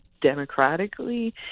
democratically